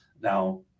Now